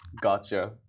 Gotcha